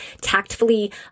tactfully